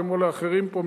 כמו לאחרים פה,